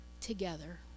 together